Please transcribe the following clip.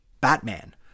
Batman